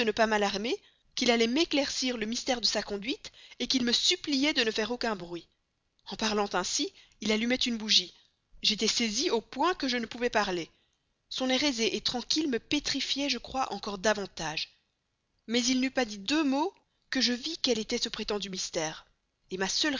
pas m'alarmer qu'il allait m'éclaircir le mystère de sa conduite qu'il me suppliait de ne faire aucun bruit en parlant ainsi il allumait une bougie j'étais saisie au point que je ne pouvais parler son air aisé tranquille me pétrifiait je crois encore davantage mais il n'eut pas dit deux mots que je vis quel était ce prétendu mystère ma seule